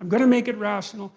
i'm gonna make it rational.